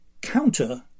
counter